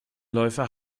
läufer